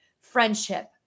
friendship